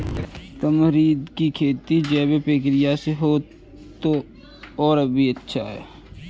tamarind की खेती जैविक प्रक्रिया से हो तो और भी अच्छा